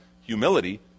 humility